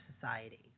society